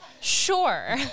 Sure